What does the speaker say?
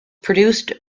produced